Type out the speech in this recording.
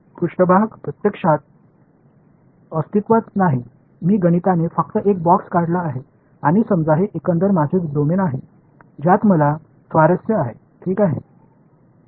पृष्ठभाग प्रत्यक्षात अस्तित्वात नाही मी गणिताने फक्त एक बॉक्स काढला आहे आणि समजा हे एकंदर माझे डोमेन आहे ज्यात मला स्वारस्य आहे ठीक आहे